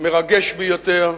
מרגש ביותר,